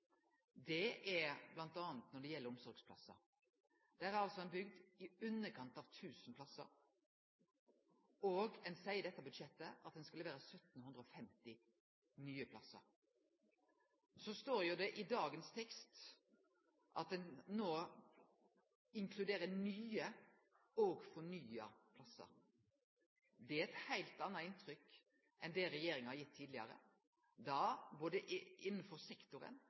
når det gjeld omsorgsplassar. Der har ein altså bygt i underkant av 1 000 plassar, og ein seier i dette budsjettet at ein skal levere 1 750 nye plassar. Så står det jo i dagens tekst at det no inkluderer nye og fornya plassar. Det er eit heilt anna inntrykk enn det regjeringa har gitt tidlegare. Innanfor sektoren